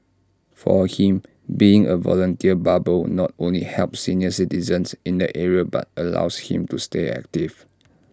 for him being A volunteer barber not only helps senior citizens in the area but allows him to stay active